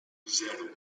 zero